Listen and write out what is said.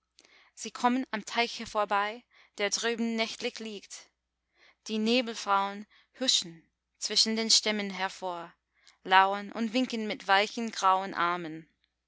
sie kommen am teiche vorbei der drüben nächtlich liegt die nebelfrauen huschen zwischen den stämmen hervor lauern und winken mit weichen grauen armen